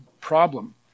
problem